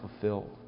fulfilled